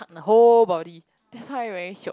the whole body that's why very shiok